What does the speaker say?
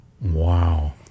Wow